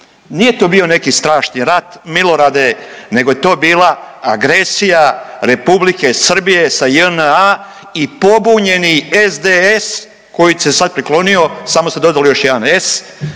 Nije to bio neki strašni rat, Milorade, nego je to bila agresija Republike Srbije sa JNA i pobuđeni SDS koji se sad priklonio, samo ste dodali još jedan